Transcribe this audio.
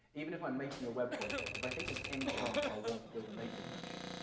even if i'm making a web project, if i think there's any chance i want to build a native version,